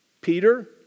Peter